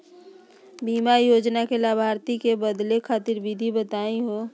बीमा योजना के लाभार्थी क बदले खातिर विधि बताही हो?